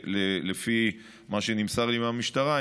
לפי מה שנמסר לי מהמשטרה,